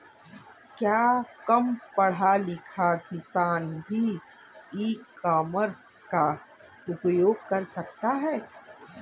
क्या कम पढ़ा लिखा किसान भी ई कॉमर्स का उपयोग कर सकता है?